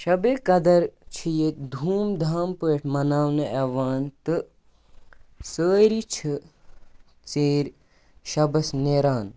شَبہِ قدر چھِ ییٚتہِ دھوم دھام پٲٹھۍ مناونہٕ یِوان تہٕ سٲری چھِ ژیٖرشَبس نیران